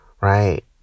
right